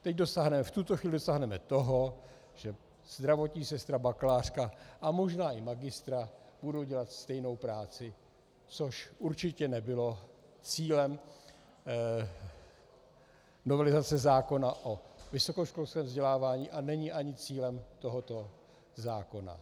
V tuto chvíli dosáhneme toho, že zdravotní sestra bakalářka a možná i magistra budou dělat stejnou práci, což určitě nebylo cílem novelizace zákona o vysokoškolském vzdělávání a není ani cílem tohoto zákona.